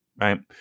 right